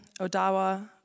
Odawa